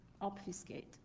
obfuscate